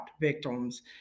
victims